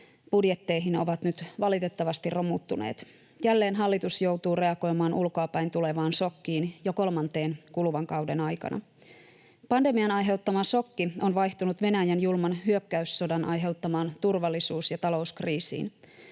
budjetteihin ovat nyt valitettavasti romuttuneet. Jälleen hallitus joutuu reagoimaan ulkoapäin tulevaan šokkiin, jo kolmanteen kuluvan kauden aikana. Pandemian aiheuttama šokki on vaihtunut Venäjän julman hyökkäyssodan aiheuttamaan turvallisuus‑ ja talouskriisiin.